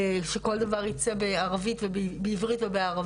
שכל דבר ייצא בערבית ובעברית,